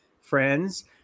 friends